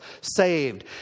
saved